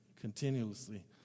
continuously